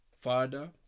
Father